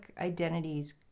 identities